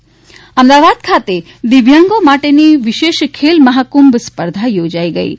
દિવ્યાંગ અમદાવાદ ખાતે દિવ્યાંગો માટેની વિશેષ ખેલ મહાકુંભ સ્પર્ધા યોજાઈ હતી